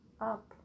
up